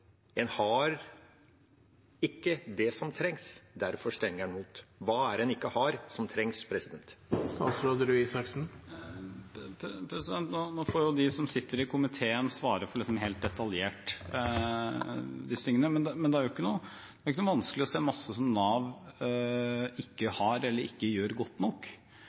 En har ikke det som trengs, derfor stemmer en imot. Hva er det en ikke har, men som trengs? De som sitter i komiteen, får svare for disse tingene helt detaljert, men det er ikke vanskelig å se masse Nav ikke har gjort eller ikke gjør godt nok.